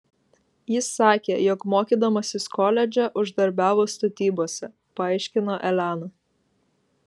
jis sakė jog mokydamasis koledže uždarbiavo statybose paaiškino elena